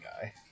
guy